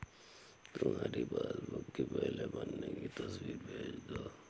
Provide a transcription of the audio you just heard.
तुम्हारी पासबुक की पहले पन्ने की तस्वीर भेज दो